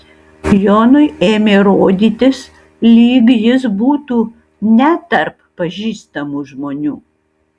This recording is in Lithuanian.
jonui ėmė rodytis lyg jis būtų ne tarp pažįstamų žmonių